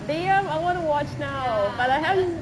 damn I want to watch now but I have